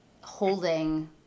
holding